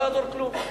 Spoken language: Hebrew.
לא יעזור כלום.